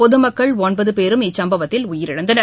பொதுமக்கள் ஒன்பதுபேரும் இச்சம்பவத்தில் உயிரிழந்தனர்